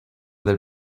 del